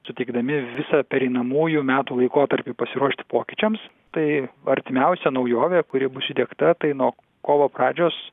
suteikdami visą pereinamųjų metų laikotarpį pasiruošti pokyčiams tai artimiausia naujovė kuri bus įdiegta tai nuo kovo pradžios